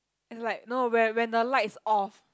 is like no where when the light is off